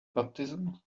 baptism